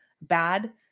bad